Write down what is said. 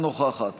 אינה נוכחת